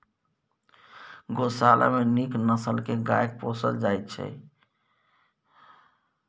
गोशाला मे नीक नसल के गाय पोसल जाइ छइ